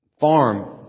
farm